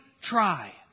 try